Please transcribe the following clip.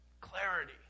Clarity